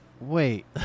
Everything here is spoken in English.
Wait